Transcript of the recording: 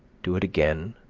do it again,